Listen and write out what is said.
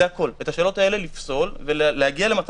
זה הכול את השאלות האלה לפסול ולהגיע למצב